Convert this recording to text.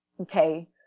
okay